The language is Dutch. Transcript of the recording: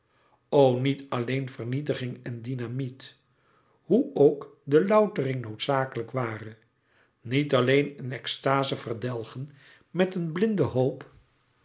niet alléen vernietiging en dynamiet hoe ook de loutering noodzakelijk ware niet alleen in extaze verdelgen met een blinde hoop